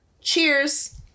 Cheers